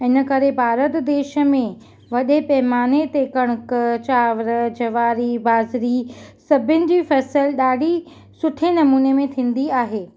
इनकरे भारत देश में वॾे पैमाने ते कणिक चांवर जवारी ॿाझिरी सभिनि जी फ़सुलु ॾाढी सुठे नमूने में थींदी आहे